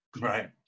Right